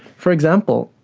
for example,